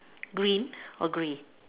green or grey